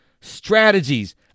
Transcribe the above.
strategies